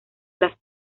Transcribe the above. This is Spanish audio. las